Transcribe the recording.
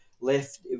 left